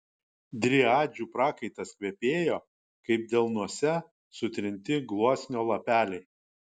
driadžių prakaitas kvepėjo kaip delnuose sutrinti gluosnio lapeliai